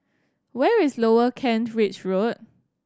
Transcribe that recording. where is Lower Kent Ridge Road